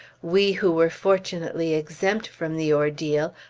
we who were fortunately exempt from the ordeal,